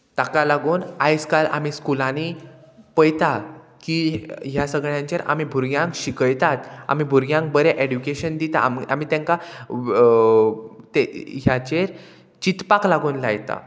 ताका लागून आयज काल आमी स्कुलांनी पळयता की ह्या सगळ्यांचेर आमी भुरग्यांक शिकयतात आमी भुरग्यांक बरें एड्युकेशन दिता आमी तांकां तें ह्याचेर चिंतपाक लागून लायता